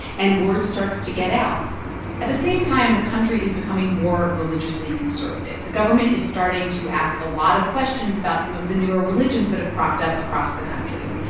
and word starts to get out at the same time, the country is becoming more religiously conservative. the government is starting to ask a lot of questions about some of the newer religions that have cropped up across the country.